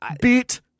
Beat